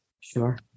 Sure